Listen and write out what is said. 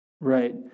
Right